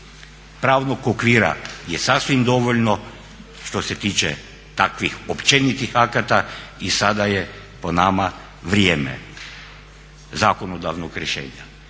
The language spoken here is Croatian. Pravnog okvira je sasvim dovoljno što se tiče takvih općenitih akata i sada je po nama vrijeme zakonodavnog rješenje.